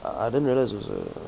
I didn't realise also